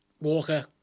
Walker